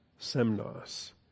semnos